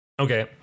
Okay